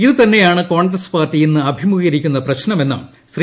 ഇതുതന്നെയാണ് കോൺഗ്രസ് പാർട്ടി ഇന്ന് അഭിമുഖീകരി ക്കുന്ന പ്രശ്നമെന്നും ശ്രീ